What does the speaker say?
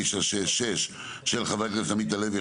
כ/9666 של חבר הכנסת עמית הלוי,